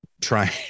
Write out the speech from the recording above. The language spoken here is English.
try